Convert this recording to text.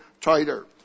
tighter